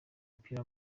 w’umupira